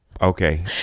Okay